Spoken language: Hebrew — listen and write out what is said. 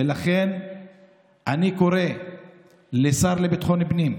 ולכן אני קורא לשר לביטחון הפנים,